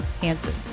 Hansen